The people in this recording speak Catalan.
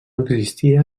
existia